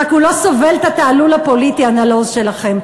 רק הוא לא סובל את התעלול הפוליטי הנלוז שלכם.